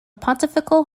pontifical